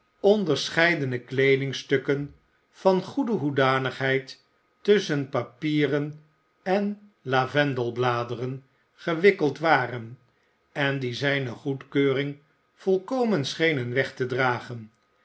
onderscheidene kleedingstukken van goede hoedanigheid tusschen papieren en lavendeibladeren gewikkeld waren en die zijne goedkeuring volkomen schenen weg te dragen